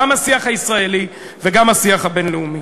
גם השיח הישראלי וגם השיח הבין-לאומי.